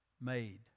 made